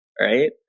right